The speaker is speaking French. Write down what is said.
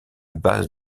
base